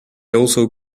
also